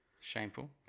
Shameful